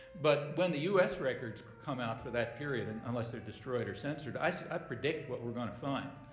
but when the us records come out for that period, and unless they're destroyed or censored, i so i predict what we're going to find.